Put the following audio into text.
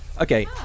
Okay